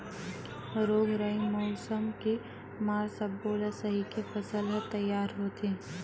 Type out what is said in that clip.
रोग राई, मउसम के मार सब्बो ल सहिके फसल ह तइयार होथे